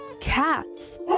Cats